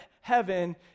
heaven